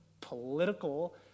political